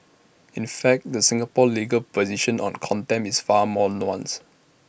in fact the Singapore legal position on contempt is far more nuanced